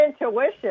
intuition